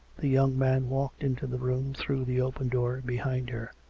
the young man walked into the room through the open door behind her.